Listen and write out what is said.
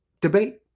debate